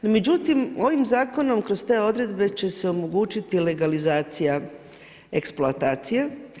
No međutim, ovim zakonom kroz te odredbe će se omogućiti legalizacija eksploatacije.